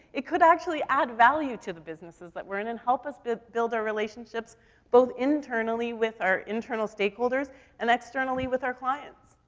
it could actually add value to the businesses that we're in and help us b build our relationships both internally with our internal stakeholders and externally with our clients.